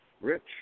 Rich